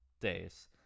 days